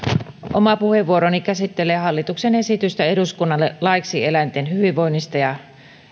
oma puheenvuoroni käsittelee hallituksen esitystä eduskunnalle laiksi eläinten hyvinvoinnista ja